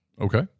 Okay